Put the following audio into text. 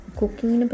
cooking